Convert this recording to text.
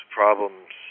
problems